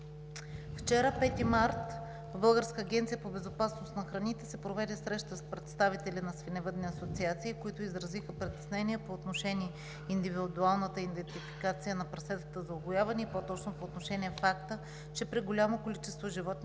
вчера, 5 март, в Българската агенция по безопасност на храните се проведе среща с представители на свиневъдни асоциации, които изразиха притеснения по отношение индивидуалната идентификация на прасетата за угояване, и по-точно по отношение на факта, че при голямо количество животни,